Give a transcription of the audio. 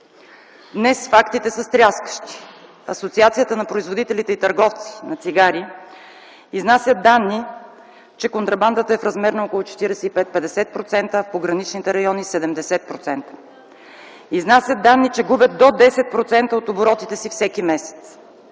Днес фактите са стряскащи. Асоциацията на производителите и търговците на цигари изнася данни, че контрабандата е в размер на около 45-50%, а в пограничните райони – 70%. Изнасят данни, че губят до 10% от оборотите си всеки месец.